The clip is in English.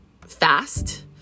fast